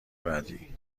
بعدی